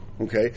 Okay